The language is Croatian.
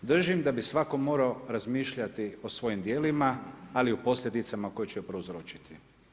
Držim da bi svatko morao razmišljati o svojim djelima, ali i o posljedicama koje će prouzročiti.